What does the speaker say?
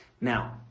Now